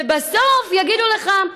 ובסוף יגידו לך: